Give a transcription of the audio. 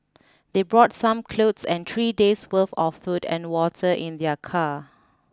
they brought some clothes and three days' worth of food and water in their car